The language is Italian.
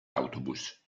autobus